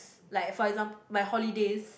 s~ like for example my holidays